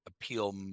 appeal